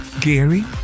Gary